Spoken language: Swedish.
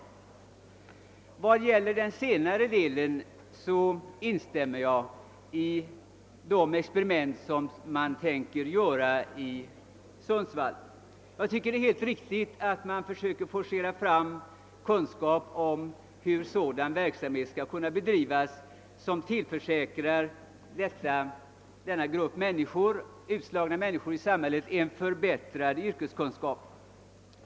När det gäller det senare instämmer jag i vad som sägs om de experiment man tänker göra i Sundsvall. Jag tycker det är helt riktigt att man försöker forcera fram kunskap om hur sådan verksamhet skall kunna bedrivas som ger denna grupp utslagna människor i samhället en förbättrad yrkeskunskap.